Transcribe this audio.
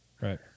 Right